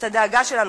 את הדאגה שלנו.